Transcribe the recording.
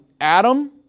Adam